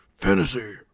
fantasy